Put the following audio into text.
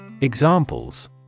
Examples